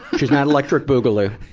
she's not electric boogaloo.